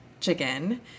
chicken